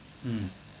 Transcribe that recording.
mm